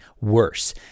worse